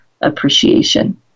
appreciation